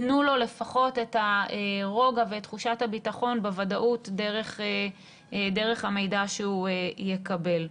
תנו לו לפחות את הרוגע ואת תחושת הביטחון בוודאות דרך המידע שהוא יקבל.